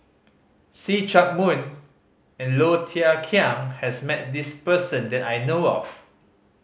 See Chak Mun and Low Thia Khiang has met this person that I know of